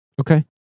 Okay